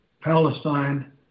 palestine